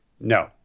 No